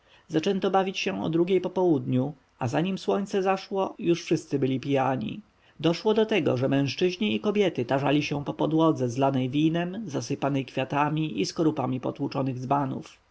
zaczęto bawić się od drugiej po południu a nim słońce zaszło już wszyscy byli pijani doszło do tego że mężczyźni i kobiety tarzali się po podłodze zlanej winem zasypanej kwiatami i skorupami potłuczonych